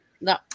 No